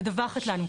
והיא מדווחת לנו.